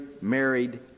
married